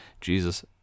Jesus